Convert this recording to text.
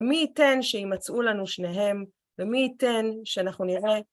מי ייתן שימצאו לנו שניהם, ומי ייתן שאנחנו נראה?